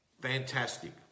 Fantastic